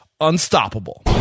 unstoppable